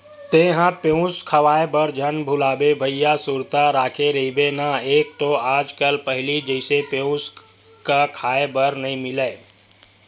तेंहा पेयूस खवाए बर झन भुलाबे भइया सुरता रखे रहिबे ना एक तो आज कल पहिली जइसे पेयूस क खांय बर नइ मिलय